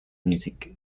musique